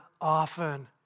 often